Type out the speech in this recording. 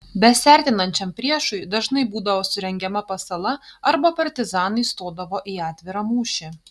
besiartinančiam priešui dažnai būdavo surengiama pasala arba partizanai stodavo į atvirą mūšį